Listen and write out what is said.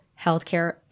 healthcare